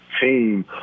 team